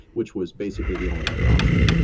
which was basically the only other option.